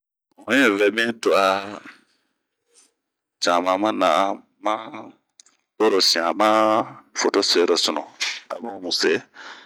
N'yi vɛbin toa cama, ma na'an ,ma torosian ma foto serosian, bun n'se.